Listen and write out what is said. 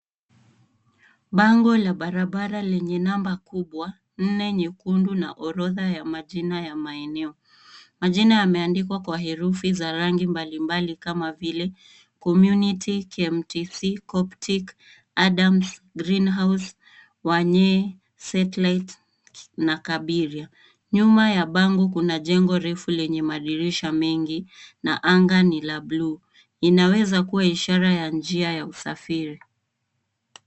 Bango la barabara lenye namba kubwa, nne nyekundu na orodha ya majina ya maeneo. Majina yameandikwa kwa herufi za rangi mbalimbali kama vile Community, KMTC, Coptic, Adams, Greenhouse, Wanyee, Satellite na Kabiria. Nyuma ya bango kuna jengo refu lenye madirisha mengi na anga ni la buluu. Inaweza kuwa ishara ya njia ya usafiri.